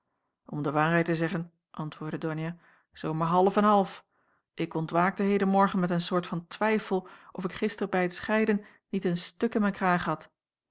om de waarheid te zeggen antwoordde donia zoo maar half en half ik ontwaakte heden morgen met jacob van ennep laasje evenster een soort van twijfel of ik gisteren bij t scheiden niet een stuk in mijn kraag had